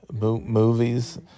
Movies